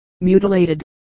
mutilated